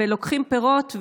ולוקחים פירות,